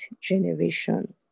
generation